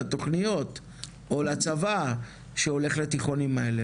לתכניות או לצבא שהולך לתיכונים האלה?